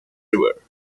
river